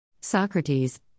Socrates